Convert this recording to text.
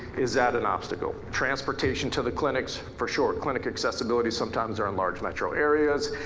is that an obstacle? transportation to the clinics, for sure. clinic accessibility sometimes are and large metro areas,